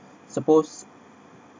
suppose